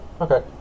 Okay